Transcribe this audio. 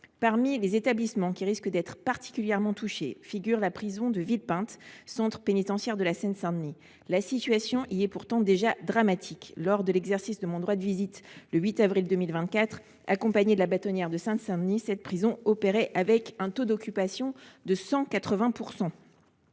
Parmi les établissements qui risquent d’être particulièrement touchés figure la maison d’arrêt de Villepinte en Seine Saint Denis. La situation y est pourtant déjà dramatique. Lorsque j’ai exercé mon droit de visite le 8 avril 2024, accompagnée de la bâtonnière de Seine Saint Denis, cette prison opérait avec un taux d’occupation de 180 %.